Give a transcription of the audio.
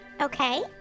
Okay